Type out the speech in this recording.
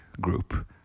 group